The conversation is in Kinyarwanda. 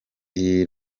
abantu